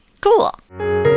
cool